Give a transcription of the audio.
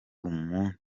umunya